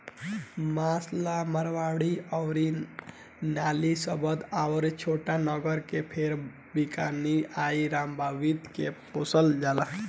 मांस ला मारवाड़ी अउर नालीशबाबाद आ छोटानगरी फेर बीकानेरी आ रामबुतु के पोसल जाला